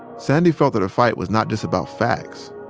sandy felt that her fight was not just about facts,